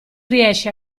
riesce